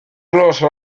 grosse